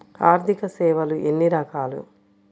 ఆర్థిక సేవలు ఎన్ని రకాలు?